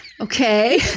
Okay